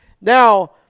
Now